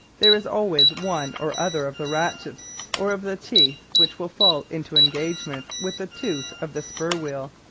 there is always one or other of the ratchets or of the teeth which will fall into engagement with the tooth of the spur-wheel,